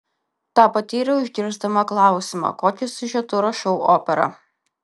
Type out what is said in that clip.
tą patyriau išgirsdama klausimą kokiu siužetu rašau operą